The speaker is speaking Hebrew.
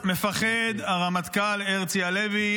ממה מפחד הרמטכ"ל הרצי הלוי?